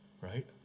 Right